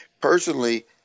personally